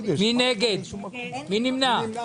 מי נגד, מי נמנע?